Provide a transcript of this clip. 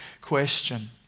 question